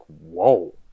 whoa